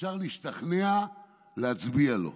אפשר להשתכנע להצביע לו.